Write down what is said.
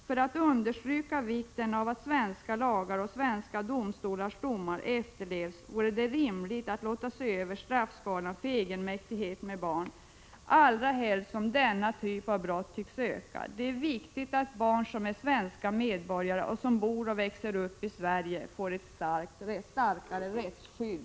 För att understryka vikten av att svenska lagar och svenska domstolars domar efterlevs vore det rimligt att låta se över straffskalan för egenmäktighet med barn, allra helst som denna typ av brott tycks öka. Det är viktigt att barn som är svenska medborgare och som bor och växer upp i Sverige får ett starkare rättsskydd.